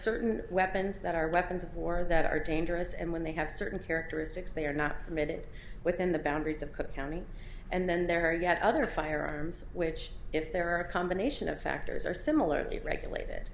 certain weapons that are weapons of war that are dangerous and when they have certain characteristics they are not permitted within the boundaries of cook county and then there are you have other firearms which if there are a combination of factors are similar to it regulated